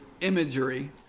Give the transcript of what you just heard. imagery